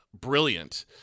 brilliant